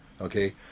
okay